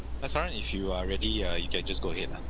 uh saran if you are ready ya you can just go ahead lah